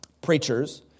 preachers